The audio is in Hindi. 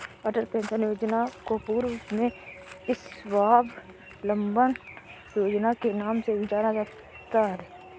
अटल पेंशन योजना को पूर्व में स्वाबलंबन योजना के नाम से भी जाना जाता था